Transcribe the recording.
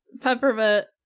peppermint